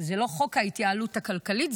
הוא לא חוק ההתייעלות הכלכלית,